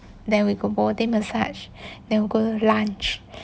then we go body massage then we go lunch